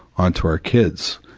onto our kids,